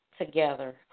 together